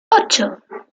ocho